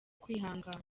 kwihangana